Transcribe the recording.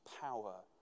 power